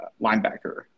linebacker